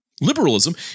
Liberalism